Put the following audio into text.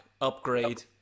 upgrade